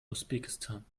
usbekistan